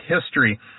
history